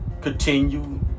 continue